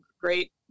great